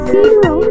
Zero